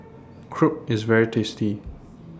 Crepe IS very tasty